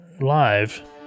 live